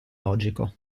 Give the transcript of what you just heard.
logico